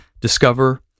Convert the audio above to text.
discover